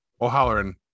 O'Halloran